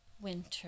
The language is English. winter